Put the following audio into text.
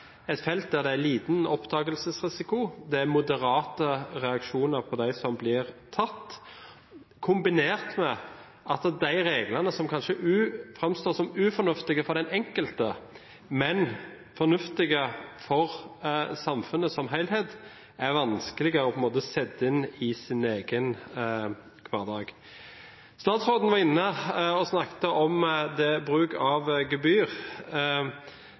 et felt der det er liten risiko for å bli oppdaget. Det er moderate reaksjoner overfor dem som blir tatt, kombinert med at de reglene som kanskje framstår som ufornuftige for den enkelte, men fornuftige for samfunnet som helhet, er vanskeligere å sette inn i egen hverdag. Statsråden snakket om bruk av gebyr.